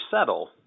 settle